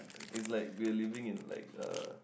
is like we're living in like a